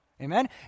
amen